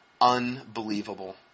unbelievable